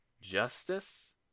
Justice